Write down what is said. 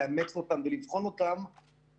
לבחון אותם ולאמץ אותם,